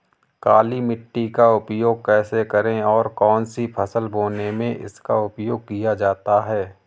काली मिट्टी का उपयोग कैसे करें और कौन सी फसल बोने में इसका उपयोग किया जाता है?